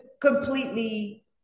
completely